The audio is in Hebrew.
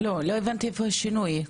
לא הבנתי איפה השינוי.